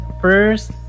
first